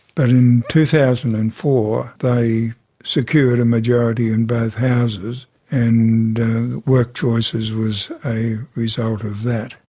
but in two thousand and four they secured a majority in both houses and workchoices was a result of that.